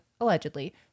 allegedly